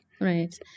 Right